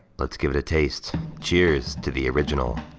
let's give it a taste. cheers to the original!